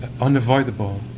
unavoidable